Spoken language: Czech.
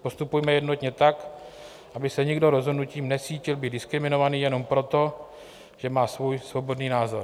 Postupujme jednotně tak, aby se nikdo rozhodnutím necítil být diskriminovaný jenom proto, že má svůj svobodný názor.